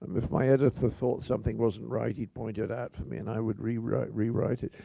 um if my editor thought something wasn't right, he'd point it out to me and i would rewrite rewrite it.